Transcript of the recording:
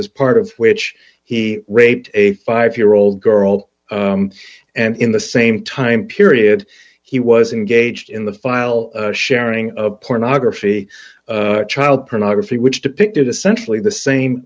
as part of which he raped a five year old girl and in the same time period he was engaged in the file sharing pornography child pornography which depicted essentially the same